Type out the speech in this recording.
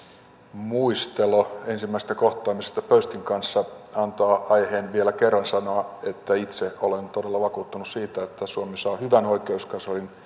muistelo ensimmäisestä kohtaamisesta pöystin kanssa antaa aiheen vielä kerran sanoa että itse olen todella vakuuttunut siitä että suomi saa hyvän oikeuskanslerin